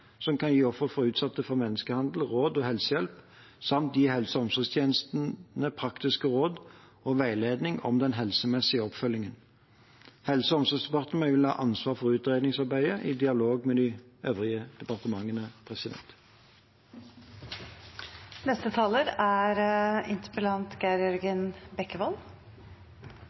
som kan gi ofre utsatt for menneskehandel råd og helsehjelp, samt gi helse- og omsorgstjenestene praktiske råd og veiledning om helsemessig oppfølging. Helse- og omsorgsdepartementet vil ha ansvar for utredningsarbeidet i dialog med øvrige departementer. Jeg vil takke statsråden for innlegget og svaret han ga på denne interpellasjonen. Det er